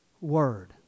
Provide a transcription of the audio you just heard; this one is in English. word